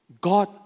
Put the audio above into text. God